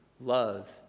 love